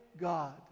God